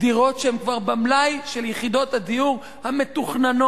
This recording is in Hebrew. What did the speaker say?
דירות שהן כבר במלאי של יחידות הדיור המתוכננות,